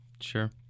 Sure